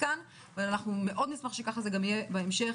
כאן ואנחנו מאוד נשמח שככה זה גם יהיה בהמשך,